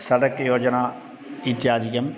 सडक् योजना इत्यादिकम्